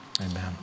amen